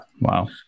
Wow